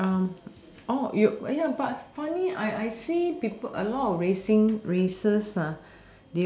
um you ya but funny I I see people a lot of racing racers ah